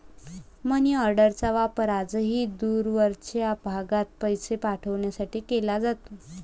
मनीऑर्डरचा वापर आजही दूरवरच्या भागात पैसे पाठवण्यासाठी केला जातो